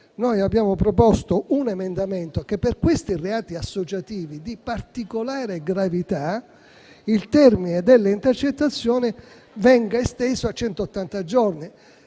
noi abbiamo proposto un emendamento con cui, per questi reati associativi di particolare gravità, il termine delle intercettazioni venga esteso a centottanta